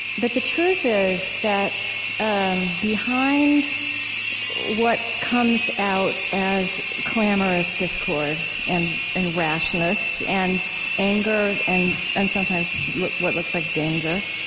but the truth is that um behind what comes out as clamorous discord and and rashness and anger and and sometimes what looks like danger,